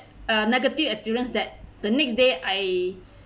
a negative experience that the next day I